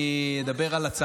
מצוות השבת אבדה.